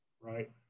right